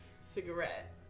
Cigarette